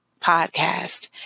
podcast